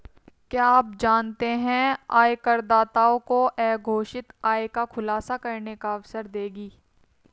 क्या आप जानते है आयकरदाताओं को अघोषित आय का खुलासा करने का अवसर देगी?